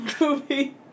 movie